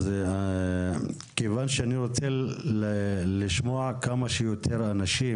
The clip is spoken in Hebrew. אז, כיוון שאני רוצה לשמוע כמה שיותר אנשים,